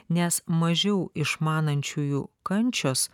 nes mažiau išmanančiųjų kančios